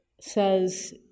says